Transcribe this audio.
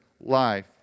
life